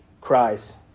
cries